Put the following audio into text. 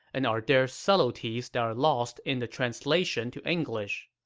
and are there subtleties that are lost in the translation to english?